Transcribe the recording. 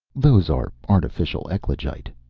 those are artificial eclogite,